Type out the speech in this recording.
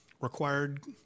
required